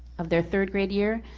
of their third-grade year.